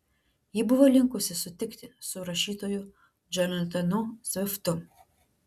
ji buvo linkusi sutikti su rašytoju džonatanu sviftu